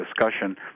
discussion